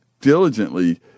diligently